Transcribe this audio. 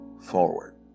forward